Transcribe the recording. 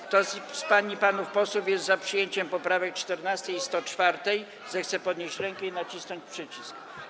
Kto z pań i panów posłów jest za przyjęciem poprawek 14. i 104., zechce podnieść rękę i nacisnąć przycisk.